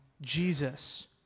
Jesus